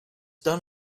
done